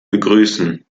begrüßen